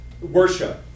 worship